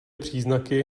příznaky